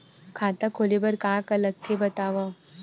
खाता खोले बार का का लगथे बतावव?